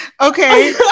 Okay